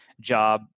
job